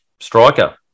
striker